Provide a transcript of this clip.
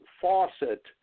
faucet